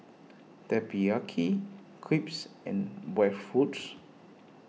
Teriyaki Crepes and